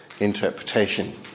interpretation